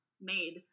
made